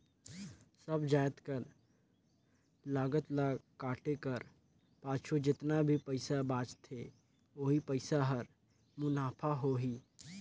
सब जाएत कर लागत ल काटे कर पाछू जेतना भी पइसा बांचथे ओही पइसा हर मुनाफा होही